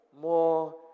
more